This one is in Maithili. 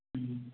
हूँ